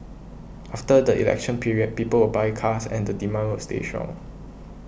after the election period people will buy cars and the demand will stay strong